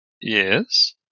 Yes